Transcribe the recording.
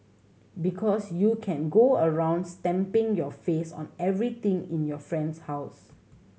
because you can go around's stamping your face on everything in your friend's house